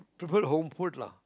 prefer home food lah